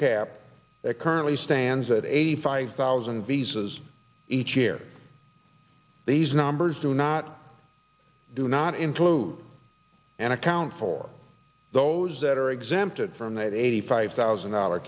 cap that currently stands at eighty five thousand visas each year these numbers do not do not include an account for those that are exempted from that eighty five thousand dollar